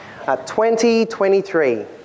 2023